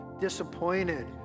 disappointed